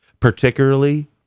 particularly